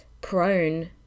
prone